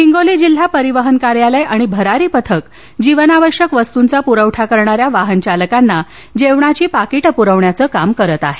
हिंगोली जिल्हा परिवहन कार्यालय आणि भरारी पथक जीवनावश्यक वस्तूंचा प्रवठा करणाऱ्या वाहनचालकांना जेवणाची पाकीटं पुरवण्याच काम करत आहे